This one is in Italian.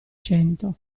cento